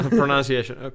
pronunciation